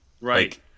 Right